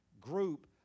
group